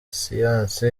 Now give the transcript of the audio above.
siyansi